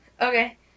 Okay